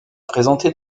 présenter